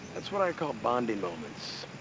that's what i call bonding moments.